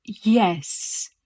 Yes